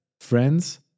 Friends